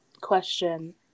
question